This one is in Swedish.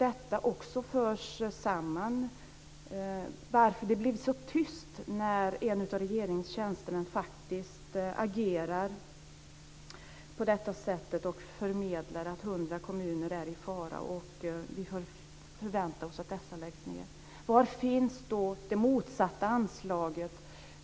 Detta kan också föras samman med frågan varför det blev så tyst när en av regeringens tjänstemän faktiskt agerade på det här sättet och förmedlade att 100 kommuner är i fara och att vi kan förvänta oss att dessa läggs ned. Var finns det motsatta anslaget?